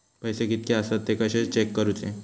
पैसे कीतके आसत ते कशे चेक करूचे?